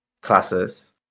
classes